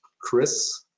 Chris